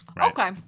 Okay